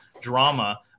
drama